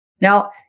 Now